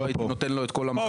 אני נותן לו את כל המחמאות.